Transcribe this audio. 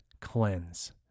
cleanse